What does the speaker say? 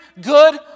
good